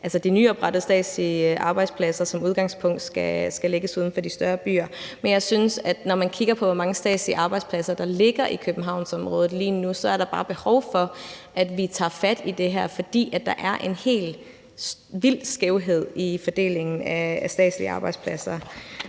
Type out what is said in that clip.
de nyoprettede statslige arbejdspladser som udgangspunkt skal lægges uden for de større byer. Men jeg synes bare, at der, når man kigger på, hvor mange statslige arbejdspladser der lige nu ligger i Københavnsområdet, så er behov for, at vi tager fat i det her. For der er en helt vildt stor skævhed i fordelingen af statslige arbejdspladser